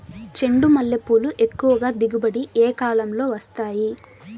చెండుమల్లి పూలు ఎక్కువగా దిగుబడి ఏ కాలంలో వస్తాయి